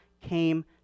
came